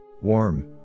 Warm